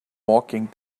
walking